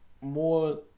more